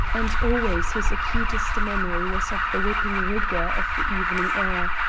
and always his acutest memory was of the whipping rigour of the evening air,